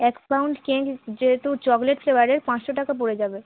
এক pound cake যেহেতু chocolate ফ্লেভারের পাঁচশো টাকা পড়ে যাবে